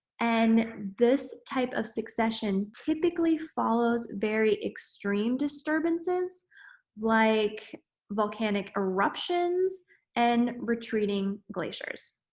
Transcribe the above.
and this type of succession typically follows very extreme disturbances like volcanic eruptions and retreating glaciers.